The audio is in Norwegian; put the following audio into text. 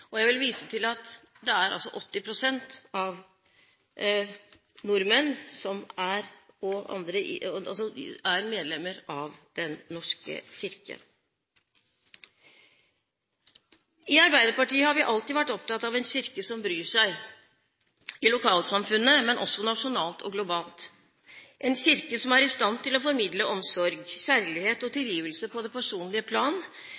Jeg vil vise til at 80 pst. nordmenn er medlemmer av Den norske kirke. I Arbeiderpartiet har vi alltid vært opptatt av en kirke som bryr seg i lokalsamfunnene, men også nasjonalt og globalt, en kirke som er i stand til å formidle omsorg, kjærlighet og tilgivelse på det personlige plan,